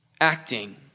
acting